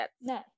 No